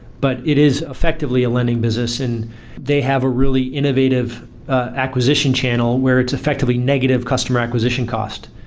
but it is effectively a lending business and they have a really innovative acquisition channel where it's effectively negative customer acquisition cost.